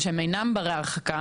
מבקשי המקלט,